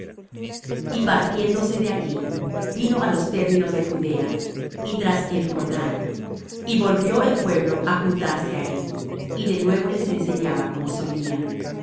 y partiendose de allí vino á los términos de judea y tras el jordán y volvió el pueblo á juntarse á él y de nuevo les enseñaba como solía